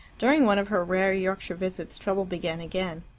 during one of her rare yorkshire visits trouble began again.